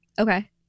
Okay